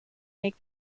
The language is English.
make